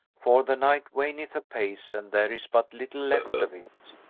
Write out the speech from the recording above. for the night waneth apace and there is but little left of it.